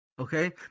okay